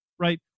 right